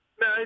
No